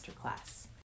Masterclass